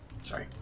Sorry